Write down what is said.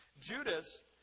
Judas